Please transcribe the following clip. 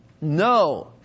No